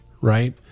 right